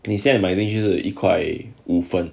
你现在买的是一块五分